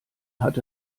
hat